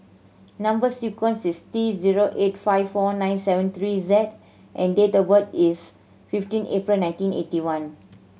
number sequence is T zero eight five four nine seven three Z and date of birth is fifteen April nineteen eighty one